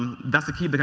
that's the key, but